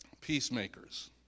Peacemakers